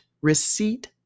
receipt